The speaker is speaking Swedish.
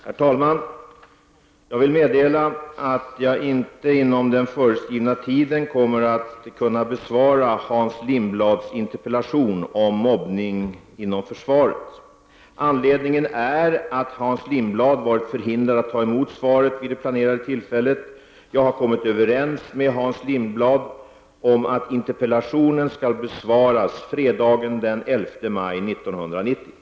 Herr talman! Jag vill meddela att jag inte inom den föreskrivna tiden kommer att kunna besvara Hans Lindblads interpellation om mobbning inom försvaret. Anledningen är att Hans Lindblad har varit förhindrad att ta emot svaret vid det planerade tillfället. Jag har kommit överens med Hans Lindblad om att interpellationen skall besvaras fredagen den 11 maj 1990.